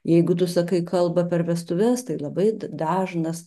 jeigu tu sakai kalbą per vestuves tai labai dažnas